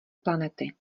planety